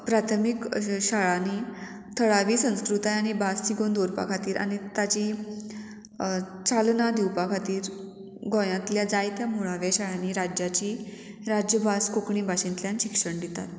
प्राथमीक शाळांनी थळावी संस्कृताय आनी भास तिगोवन दवरपा खातीर आनी ताची चालना दिवपा खातीर गोंयांतल्या जायत्या मुळाव्या शाळांनी राज्याची राज्यभास कोंकणी भाशेंतल्यान शिक्षण दितात